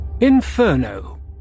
Inferno